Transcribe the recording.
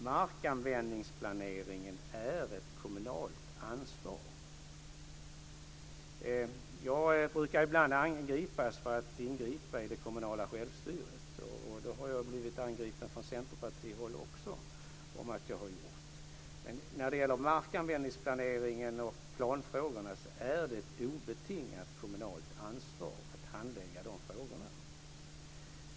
Markanvändningsplaneringen är ett kommunalt ansvar. Jag brukar ibland anklagas - också från centerpartihåll - för att jag ingriper i det kommunala självstyret. Men när det gäller markanvändningsplaneringen och planfrågorna är det ett obetingat kommunalt ansvar att handlägga dessa frågor.